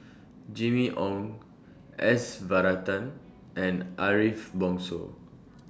Jimmy Ong S Varathan and Ariff Bongso